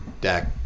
Dak